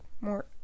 more